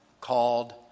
called